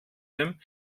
dem